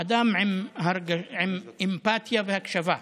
אדם עם אמפתיה והקשבה.